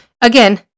again